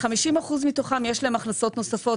לכ-50% מתוכם יש הכנסות נוספות.